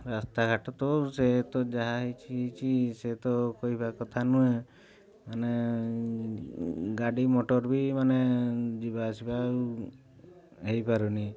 ରାସ୍ତାଘାଟ ତ ସେ ତ ଯାହା ହେଇଛି ହେଇଛି ସେ ତ କହିବା କଥା ନୁହେଁ ମାନେ ଗାଡ଼ି ମଟର ବି ମାନେ ଯିବା ଆସିବା ହେଇପାରୁନି